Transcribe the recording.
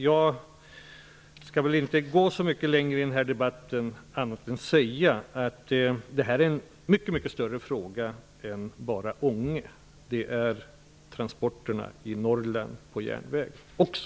Jag skall inte gå så mycket längre i denna debatt än att säga att det är en fråga som är mycket större -- den gäller inte bara Ånge. Den gäller transporterna på järnväg i Norrland också.